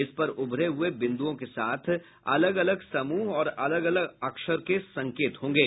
इस पर उभरे हये बिंद्रओं के साथ अलग अलग समूह और अलग अलग अक्षर के संकेत होंगे